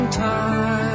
time